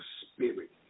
spirit